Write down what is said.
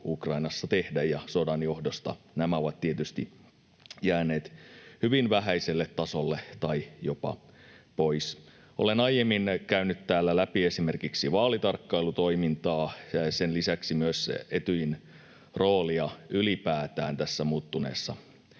Ukrainassa tehdä. Sodan johdosta nämä ovat tietysti jääneet hyvin vähäiselle tasolle tai jopa pois. Olen aiemmin käynyt täällä läpi esimerkiksi vaalitarkkailutoimintaa ja sen lisäksi myös ylipäätään Etyjin roolia tässä muuttuneessa